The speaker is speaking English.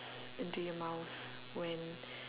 into your mouth when